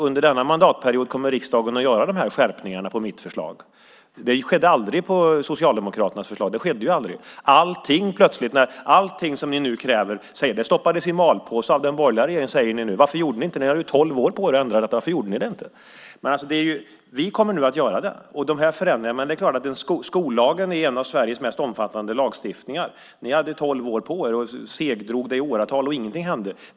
Under denna mandatperiod kommer riksdagen att göra de här skärpningarna på mitt förslag. Det skedde aldrig på Socialdemokraternas förslag. Allting som ni nu kräver säger ni stoppades i malpåse av den borgerliga regeringen. Men varför gjorde ni ingenting? Ni hade tolv år på er att ändra detta, så varför gjorde ni inte det? Vi kommer nu att göra de här förändringarna. Men skollagen är en av Sveriges mest omfattande lagstiftningar. Ni hade tolv år på er, och ni segdrog det hela i åratal. Ingenting hände.